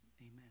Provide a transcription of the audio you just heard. amen